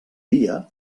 dia